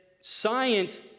science